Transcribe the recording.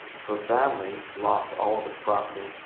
her family lost all of its property.